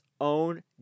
own